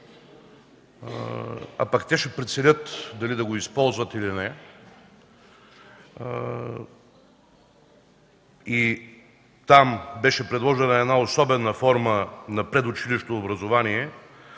а пък те ще преценят дали да го използват (там беше предложена една особена форма на предучилищно образование